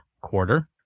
quarter